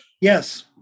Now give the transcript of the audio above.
yes